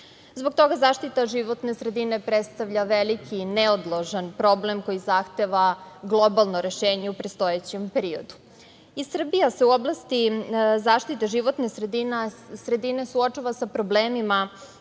toga zaštita životne sredine predstavlja veliki i neodložan problem koji zahteva globalno rešenje u predstojećem periodu. I Srbija se u oblasti zaštite životne sredine suočava sa problemima